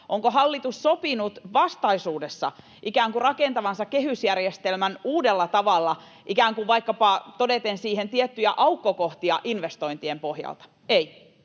onko hallitus sopinut vastaisuudessa ikään kuin rakentavansa kehysjärjestelmän uudella tavalla, vaikkapa todeten siihen tiettyjä aukkokohtia investointien pohjalta, niin